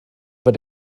fod